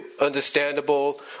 understandable